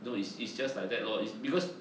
no it's it's just like that lor it's because